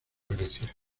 grecia